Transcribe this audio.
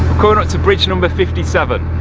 to bridge number fifty seven.